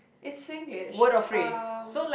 it's Singlish um